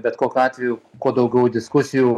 bet kokiu atveju kuo daugiau diskusijų